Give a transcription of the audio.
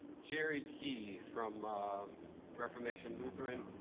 jerry key from um reformation lutheran.